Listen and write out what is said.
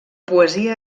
poesia